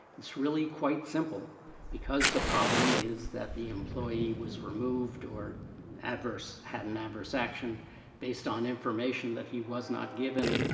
it's really quite simple because the problem is that the employee was removed or adverse had an adverse action based on information that he was not given.